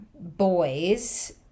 boys